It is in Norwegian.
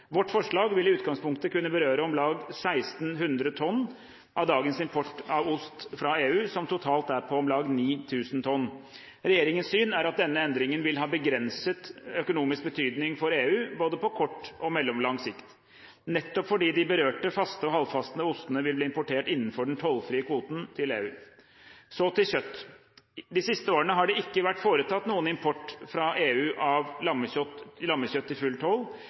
Vårt forslag vil i utgangspunktet kunne berøre om lag 1 600 tonn av dagens import av ost fra EU som totalt er på om lag 9 000 tonn. Regjeringens syn er at denne endringen vil ha begrenset økonomisk betydning for EU på både kort og mellomlang sikt, nettopp fordi de berørte faste og halvfaste ostene vil bli importert innenfor den tollfrie kvoten til EU. Så til kjøtt: De siste årene har det ikke vært foretatt noen import fra EU av lammekjøtt til full